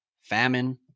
famine